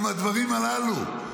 עם הדברים הללו.